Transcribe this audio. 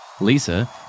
Lisa